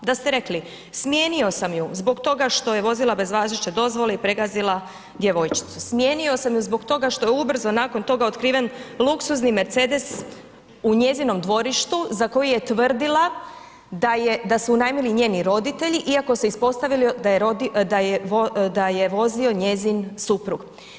Da ste rekli smijenio sam ju zbog toga što je vozila bez važeće dozvole i pregazila djevojčicu, smijenio sam ju zbog toga što je ubrzo nakon toga otkriven luksuzni Mercedes u njezinom dvorištu za koji je tvrdila da su unajmili njeni roditelji iako se ispostavilo da je vozio njezin suprug.